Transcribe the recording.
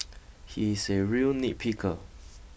he is a real nitpicker